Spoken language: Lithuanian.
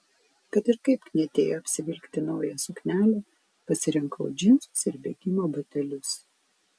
kad ir kaip knietėjo apsivilkti naują suknelę pasirinkau džinsus ir bėgimo batelius